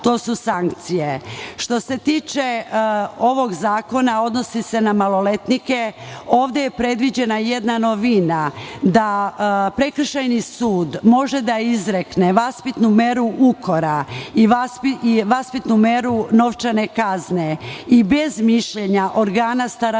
to su sankcije. Što se tiče ovog zakona, odnosi se na maloletnike, ovde je predviđena jedna novina, da prekršajni sud može da izrekne vaspitnu meru ukora i vaspitnu meru novčane kazne i bez mišljenja organa starateljstva,